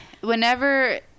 whenever